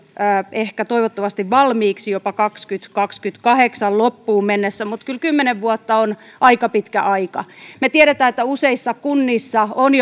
ehkä toivottavasti valmiiksi jopa kaksituhattakaksikymmentäkahdeksan loppuun mennessä mutta kyllä kymmenen vuotta on aika pitkä aika me tiedämme että useissa kunnissa on